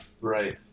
Right